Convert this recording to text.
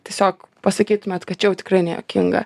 tiesiog pasakytumėt kad čia jau tikrai nejuokinga